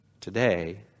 today